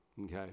Okay